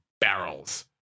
barrels